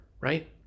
Right